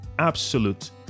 absolute